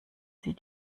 sie